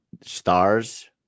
Stars